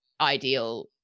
ideal